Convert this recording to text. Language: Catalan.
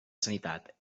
sanitat